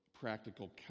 practical